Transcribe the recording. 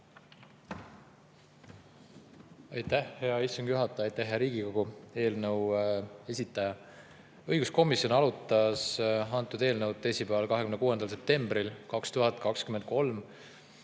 Aitäh, hea istungi juhataja! Aitäh, hea Riigikogu! Eelnõu esitaja! Õiguskomisjon arutas antud eelnõu teisipäeval, 26. septembril 2023